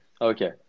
Okay